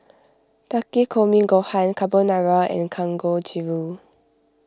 Takikomi Gohan Carbonara and Kangojiru